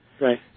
Right